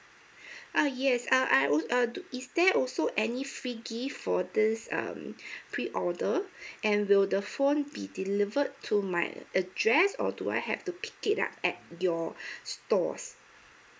uh yes I I woul~ do~ is there also any free gift for this um pre order and will the phone be delivered to my address or do I have to pick it up at your stores